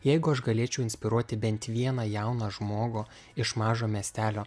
jeigu aš galėčiau inspiruoti bent vieną jauną žmogų iš mažo miestelio